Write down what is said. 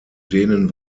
denen